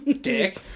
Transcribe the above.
Dick